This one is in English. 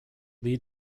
lead